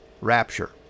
rapture